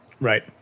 Right